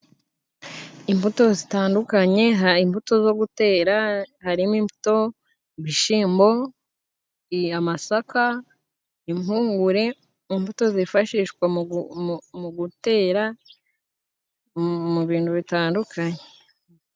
Imbuto zitandukanye hari imbuto zo gutera, harimo imbuto ibishimbo, amasaka, impungure, mu mbuto zifashishwa mu gutera mu bintu bitandukanye.